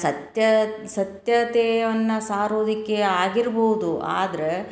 ಸತ್ಯ ಸತ್ಯತೆಯನ್ನು ಸಾರೋದಕ್ಕೆ ಆಗಿರ್ಬೌದು ಆದರೆ